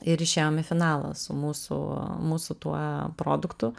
ir išėjom į finalą su mūsų mūsų tuo produktu